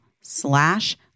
slash